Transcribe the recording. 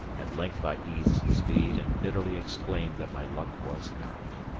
at length i eased speed and bitterly exclaimed that my luck was out.